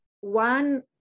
one